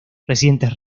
recientes